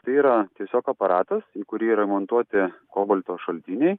tai yra tiesiog aparatas į kurį yra įmontuoti kobalto šaltiniai